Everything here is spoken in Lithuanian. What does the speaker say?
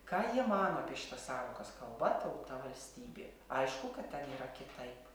ką jie mano apie šitas sąvokas kalba tauta valstybė aišku kad ten yra kitaip